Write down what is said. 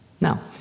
now